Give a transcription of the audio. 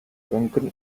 drunken